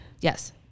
Yes